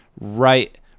right